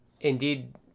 indeed